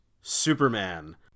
Superman